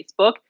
Facebook